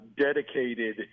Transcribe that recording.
dedicated